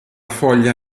foglia